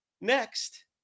next